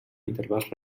intervals